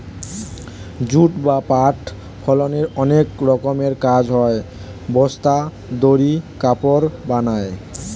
jute বা পাট ফসলের অনেক রকমের কাজ হয়, বস্তা, দড়ি, কাপড় বানায়